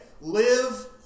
live